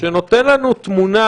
שנותן לנו תמונה,